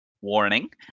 Warning